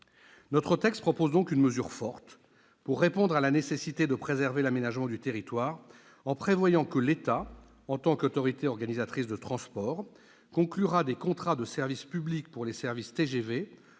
ce texte, nous proposons donc une mesure forte, pour répondre à la nécessité de préserver l'aménagement du territoire, en prévoyant que l'État, en tant qu'autorité organisatrice de transport, conclura des contrats de service public pour les services TGV,